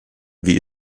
wie